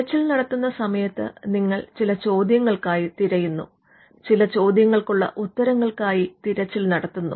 തിരച്ചിൽ നടത്തുന്ന സമയത്ത് നിങ്ങൾ ചില ചോദ്യങ്ങൾക്കായി തിരയുന്നു ചില ചോദ്യങ്ങൾക്കുള്ള ഉത്തരങ്ങൾക്കായി തിരച്ചിൽ നടത്തുന്നു